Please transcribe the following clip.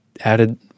added